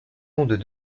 ondes